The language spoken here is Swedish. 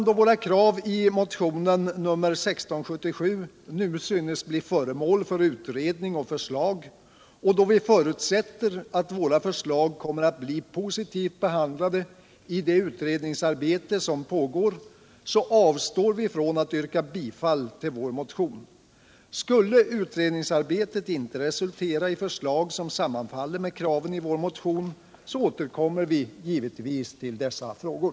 Då våra krav i motionen 1677 nu synes bli föremål för utredning och förslag och då vi förutsätter att våra förslag kommer att bli positivt behandlade i det utredningsarbete som pågår avstår vi från att yrka bifall till vår motion. Skulle utredningsarbetet inte resultera i förslag som sammanfaller med kraven i vår motion återkommer vi givetvis till dessa frågor.